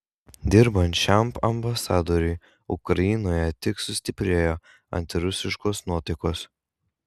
dirbant šiam ambasadoriui ukrainoje tik sustiprėjo antirusiškos nuotaikos